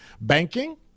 Banking